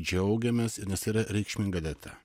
džiaugiamės ir nes yra reikšminga data